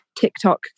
TikTok